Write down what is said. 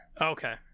Okay